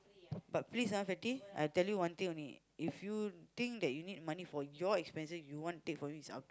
but please ah Fatty I tell you one thing only if you think that you need money for your expenses you want to take from him is up to you